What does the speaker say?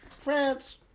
France